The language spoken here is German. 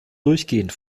durchgehend